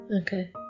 Okay